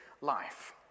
life